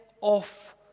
off